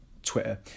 Twitter